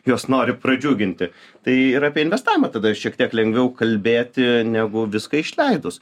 juos nori pradžiuginti tai ir apie investavimą tada ir šiek tiek lengviau kalbėti negu viską išleidus